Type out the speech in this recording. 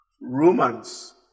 Romans